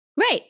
Right